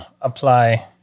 apply